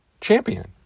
champion